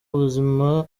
ubuzima